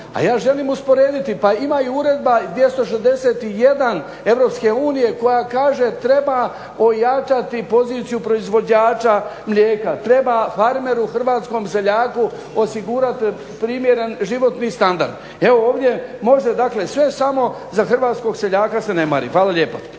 A ja želim usporediti, pa ima i Uredba 261 Europske unije koja kaže treba ojačati poziciju proizvođača mlijeka. Treba farmeru, hrvatskom seljaku osigurati primjeren životni standard. Evo ovdje može dakle sve, samo za hrvatskog seljaka se ne mari. Hvala lijepa.